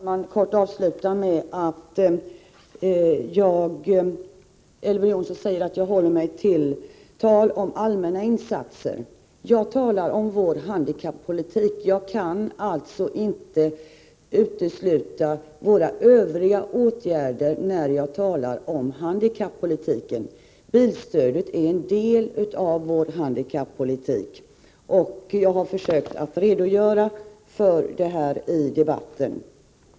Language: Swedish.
Herr talman! Avslutningsvis: Elver Jonsson säger att jag håller mig till tal om allmänna insatser. Jag talar om vår handikappolitik. Jag kan inte utesluta våra övriga åtgärder när jag talar om handikappolitiken. Bilstödet är en del av vår handikappolitik, och jag har försökt redogöra för det i debatten.